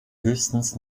höchstens